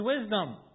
wisdom